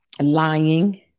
lying